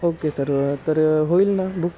okay sir तर होईल ना बुक